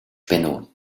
benno